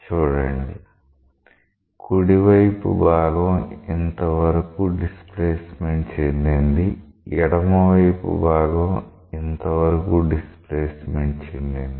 చూడండి కుడి వైపు భాగం ఇంతవరకు డిస్ప్లేస్మెంట్ చెందింది ఎడమ వైపు భాగం ఇంతవరకు డిస్ప్లేస్మెంట్ చెందింది